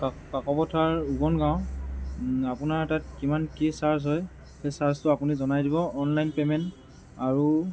কাকপথাৰ গোনগাঁও আপোনাৰ তাত কিমান কি চাৰ্জ হয় সেই চাৰ্জটো আপুনি জনাই দিব অনলাইন পে'মেণ্ট আৰু